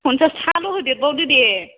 पनसास थाखाल' होदेरबावदो दे